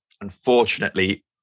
unfortunately